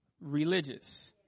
religious